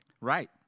Right